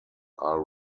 are